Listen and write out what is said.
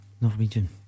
Norwegian